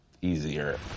easier